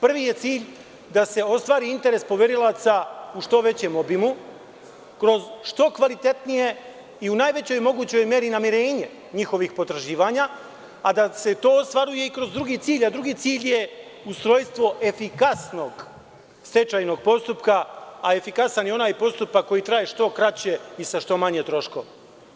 Prvi je cilj – da se ostvari interes poverilaca u što većem obimu, kroz što kvalitetnije i u najvećoj mogućoj meri namirenja njihovih potraživanja, a da se to ostvaruje i kroz drugi cilj, a drugi cilj je – ustrojstvo efikasnog stečajnog postupka, a efikasan je onaj postupak koji traje što kraće i sa što manje troškova.